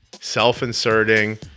Self-inserting